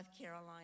Carolina